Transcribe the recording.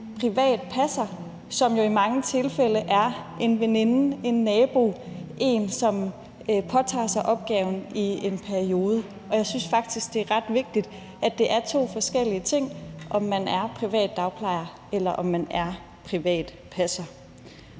privat passer, som jo i mange tilfælde er en veninde, en nabo eller en, der har påtaget sig opgaven i en periode. Og jeg synes faktisk, at det er ret vigtigt, at det er to forskellige ting, altså om man er privat dagplejer eller man er privat passer.